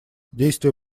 действия